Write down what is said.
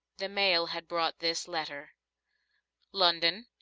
the mail had brought this letter london,